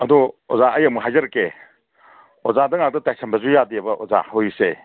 ꯑꯗꯣ ꯑꯣꯖꯥ ꯑꯩ ꯑꯃꯨꯛ ꯍꯥꯏꯖꯔꯛꯀꯦ ꯑꯣꯖꯥꯗ ꯉꯥꯛꯇ ꯇꯥꯏꯁꯟꯕꯁꯨ ꯌꯥꯗꯦꯕ ꯑꯣꯖꯥ ꯍꯧꯖꯤꯛꯁꯦ